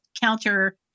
counter